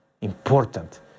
important